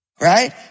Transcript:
Right